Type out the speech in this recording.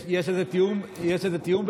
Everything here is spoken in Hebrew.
יש איזה תיאום ביניכם?